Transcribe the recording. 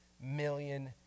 million